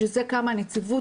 בשביל זה קמה הנציבות,